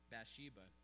Bathsheba